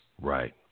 right